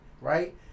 Right